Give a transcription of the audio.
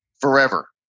forever